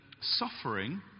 suffering